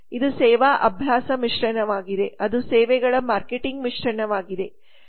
ಇದು ಸೇವಾ ಅಭ್ಯಾಸ ಮಿಶ್ರಣವಾಗಿದೆ ಅದು ಸೇವೆಗಳ ಮಾರ್ಕೆಟಿಂಗ್ ಮಿಶ್ರಣವಾಗಿದೆ